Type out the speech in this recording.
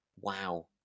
Wow